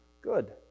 good